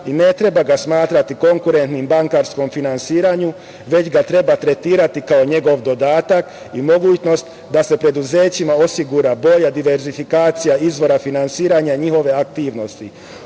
i ne treba ga smatrati konkurentnim bankarskom finansiranju, već ga treba tretirati kao njegov dodatak i mogućnost da se preduzećima osigura bolja diversifikacija izvora finansiranja njihove aktivnosti.U